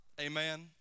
Amen